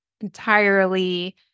entirely